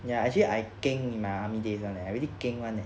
ya actually I keng my army days and I really keng [one] eh